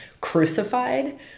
crucified